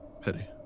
Pity